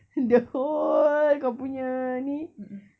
the whole kau punya ni